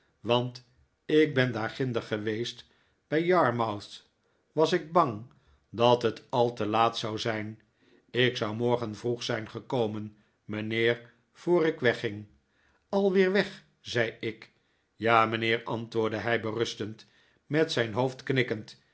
want ik ben daarginder geweest bij yarmouth was ik bang dat het al te laat zou zijn ik zou morgen vroeg zijn gekomen mijnheer voor ik wegging alweer weg zei ik ja mijnheer antwoordde hij berustend met zijn hoofd knikkend